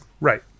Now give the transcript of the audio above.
Right